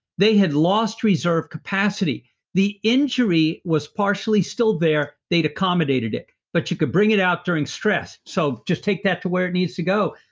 they had lost reserve capacity the injury was partially still there, they'd accommodated it, but you could bring it out during stress. so just take that to where it needs to go.